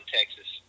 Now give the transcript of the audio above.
Texas